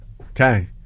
Okay